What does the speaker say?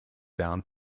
bound